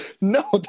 No